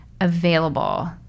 available